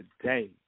today